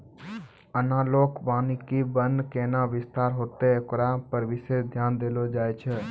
एनालाँक वानिकी वन कैना विस्तार होतै होकरा पर विशेष ध्यान देलो जाय छै